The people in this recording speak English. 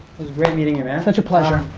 was great meeting you, man. such a pleasure.